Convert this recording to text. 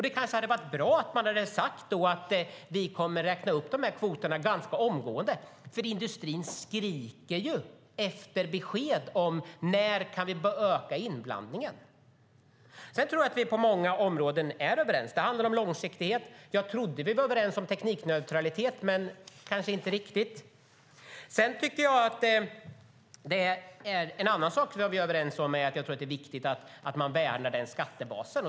Det kanske hade varit bra om man hade sagt att kvoterna kommer att räknas upp ganska omgående, för industrin skriker ju efter besked om när de kan öka inblandningen. På många områden tror jag att vi är överens. Det handlar om långsiktighet, och jag trodde att vi var överens om teknikneutralitet, men det är vi kanske inte riktigt. En annan sak som vi är överens om är att det är viktigt att värna skattebasen.